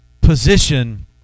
position